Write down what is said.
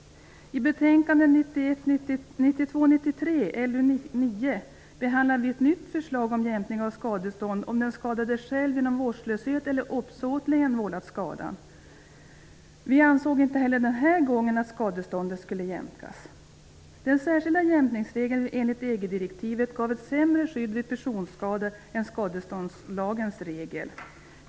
I betänkande 1992/93:LU9 behandlades ett nytt förslag om jämkning av skadestånd om den skadade själv genom vårdslöshet eller uppsåtligen vållat skadan. Vi ansåg inte heller den här gången att skadeståndet skulle jämkas. direktivet gav ett sämre skydd vid personskada än skadeståndslagens regel.